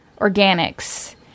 organics